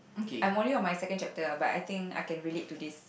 I'm only on my second chapter ah but I think I can relate to this